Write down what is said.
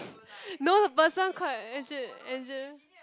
no the person quite engine engine